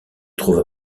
trouve